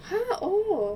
!huh! oh